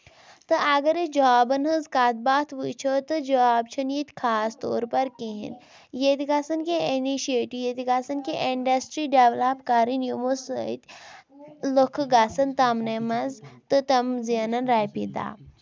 تہٕ اَگر أسۍ جابن ہٕنز کَتھ باتھ وُچھو تہٕ جاب چھُ نہٕ ییٚتہِ خاص طور پر کِہینۍ ییٚتہِ گژھن کیٚنٛہہ اِنِشیٹیو ییٚتہِ گژھن کیٚنٛہہ اِنڈسٹری ڈیٚولَپ کَرٕنۍ یِمو سۭتۍ لُکھ گژھن تِمنٕے منٛز تہٕ تِم زیٖنن رۄپِیہِ دہ